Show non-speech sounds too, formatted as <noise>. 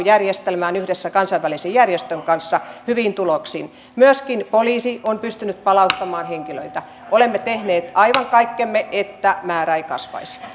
<unintelligible> järjestelmään yhdessä kansainvälisen järjestön kanssa hyvin tuloksin myöskin poliisi on pystynyt palauttamaan henkilöitä olemme tehneet aivan kaikkemme että määrä ei kasvaisi